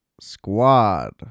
squad